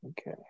Okay